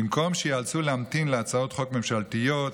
ובמקום שייאלצו להמתין להצעת חוק ממשלתיות,